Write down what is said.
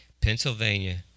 Pennsylvania